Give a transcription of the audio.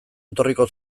etorriko